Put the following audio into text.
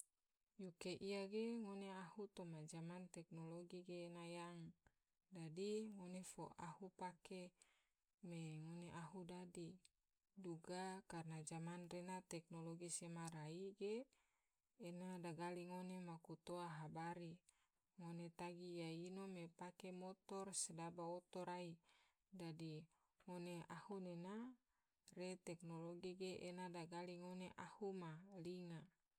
Yuke iya ge ngone ahu toma zaman teknologi ge ena yang, dadi ngone fo ahu pake me ngone ahu dadi, duga karana zaman rena teknologi sema rai ge ena dagali ngone maku toa habari, ngone tagi iya ino me pake motor sedaba oto rai dadi ngone ahu nena re teknologi ge yo digali ngone ahu ma linga.